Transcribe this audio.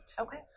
Okay